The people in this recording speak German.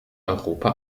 europa